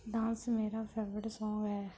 dance ਮੇਰਾ favourite song ਹੈ